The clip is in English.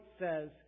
says